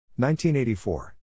1984